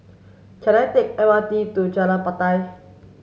can I take M R T to Jalan Batai